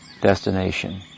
destination